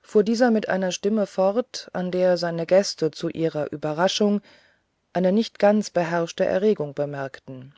fuhr dieser mit einer stimme fort an der seine gäste zu ihrer überraschung eine nicht ganz beherrschte erregung bemerkten